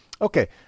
Okay